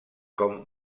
com